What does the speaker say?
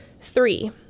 Three